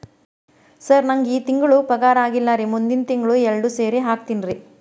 sir ನಂಗ ಈ ತಿಂಗಳು ಪಗಾರ ಆಗಿಲ್ಲಾರಿ ಮುಂದಿನ ತಿಂಗಳು ಎರಡು ಸೇರಿ ಹಾಕತೇನ್ರಿ